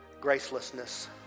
gracelessness